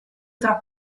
tra